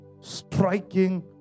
striking